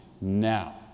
now